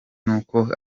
n’uko